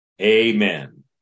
Amen